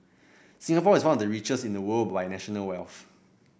Singapore is one of the richest in the world by national wealth